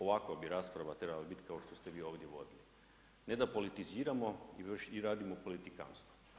Ovakva bi rasprava trebala biti kao što ste vi ovdje vodili, ne da politiziramo i radimo politikantstvo.